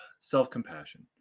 self-compassion